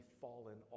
fallen